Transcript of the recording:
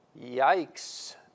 Yikes